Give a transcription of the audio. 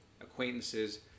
acquaintances